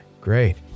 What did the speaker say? Great